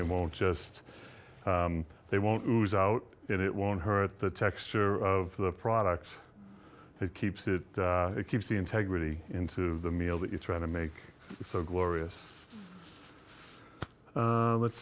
they won't just they won't lose out and it won't hurt the texture of the product it keeps it it keeps the integrity into the meal that you're trying to make so glorious let's